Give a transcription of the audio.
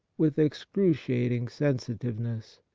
with excruciating sensitiveness.